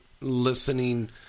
listening